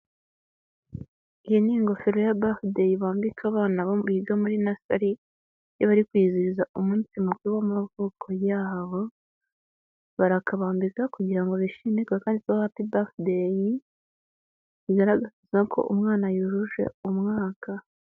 Iyi ni ingofero ya bafudeyi bambika abana biga muri nasari bari kwizihiza umunsi mukuru w'amavuko yabo, barakabambika kugira ngo bishimi kaba kanditseho hapi bafudeyi bigaragaza ko umwana yujuje umwaka.